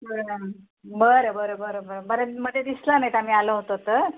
बरं बरं बरं बरं बरं बरं मध्ये दिसला नाहीत आम्ही आलो होतो तर